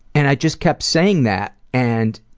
and i just kept saying that, and